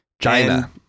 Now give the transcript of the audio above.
China